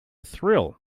thrill